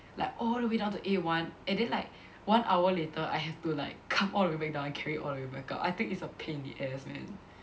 like all the way down to A one and then like one hour later I have to like come all the way down and carry all the way back up I think it's a pain in the ass man